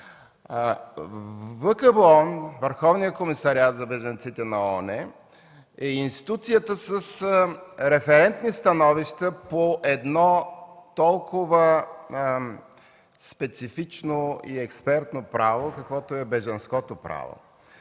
Върховният комисариат на ООН за бежанците е институцията с референтни становища по едно толкова специфично и експертно право, каквото е бежанското право.